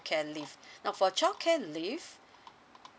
care live now for childcare leave